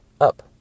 Up